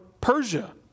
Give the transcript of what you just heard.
Persia